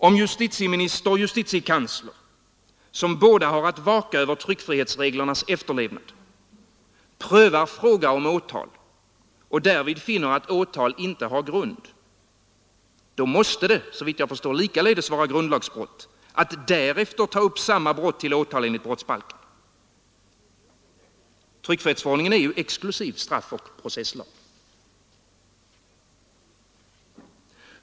Om justitieminister och justitiekansler, som båda har att vaka över tryckfrihetsreglernas efterlevnad, prövar fråga om åtal och därvid finner att åtal inte har grund, måste det, såvitt jag förstår, likaledes vara grundlagsbrott att därefter ta upp samma brott till åtal enligt brottsbalken. Tryckfrihetsförordningen är en exklusiv straffoch processlag.